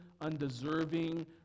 undeserving